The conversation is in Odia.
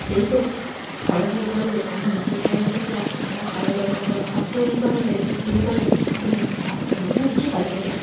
ସେହିପରି ଫଳଟିଏ ଫଳିଲେ ଆମେ ନିଜେ ଖାଇବା ସହିତ ଆମ ଘର ଲୋକଙ୍କର ଅତ୍ୟଧିକ ହେଲେ ବିକ୍ରି କଲେ ଆମେ ଅର୍ଥ ମଧ୍ୟ କିଛି ପାଇପାରିବା